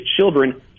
children